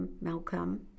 Malcolm